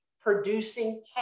producing